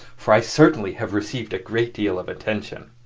for i certainly have received a great deal of attention.